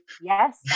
yes